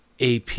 AP